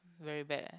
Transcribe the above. very bad leh